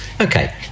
okay